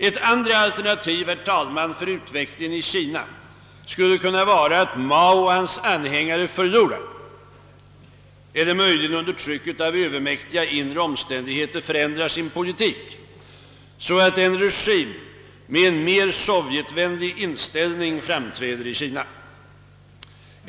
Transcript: Ett andra alternativ för utvecklingen i Kina skulle kunna vara att Mao och hans anhängare förlorar — eller möjligen under trycket av övermäktiga inre omständigheter förändrar sin politik — så att en regim med en mer sovjetvänlig inställning framträder i Kina.